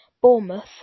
Bournemouth